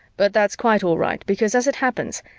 but that's quite all right because, as it happens,